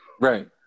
Right